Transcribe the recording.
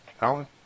Alan